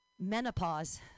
Menopause